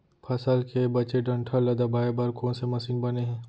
फसल के बचे डंठल ल दबाये बर कोन से मशीन बने हे?